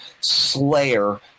Slayer